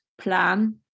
plan